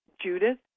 Judith